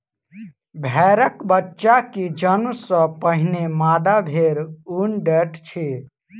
भेड़क बच्चा के जन्म सॅ पहिने मादा भेड़ ऊन दैत अछि